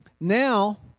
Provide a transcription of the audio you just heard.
now